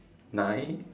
nine